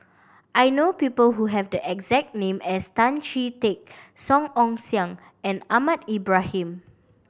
I know people who have the exact name as Tan Chee Teck Song Ong Siang and Ahmad Ibrahim